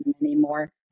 anymore